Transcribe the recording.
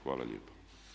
Hvala lijepa.